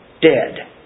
dead